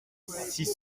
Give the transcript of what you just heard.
six